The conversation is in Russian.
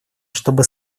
чтобы